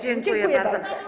Dziękuję bardzo.